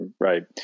Right